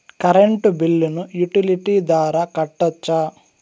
Current బిల్లును utility ద్వారా కట్టొచ్చా?